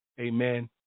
amen